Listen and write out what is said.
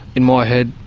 in my head,